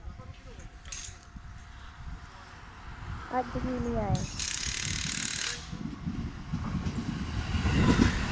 अज्ज कीऽ नेईं आए